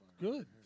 good